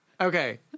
Okay